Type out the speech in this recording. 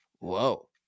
whoa